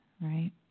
right